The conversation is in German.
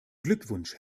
glückwunsch